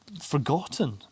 forgotten